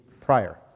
prior